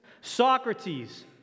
Socrates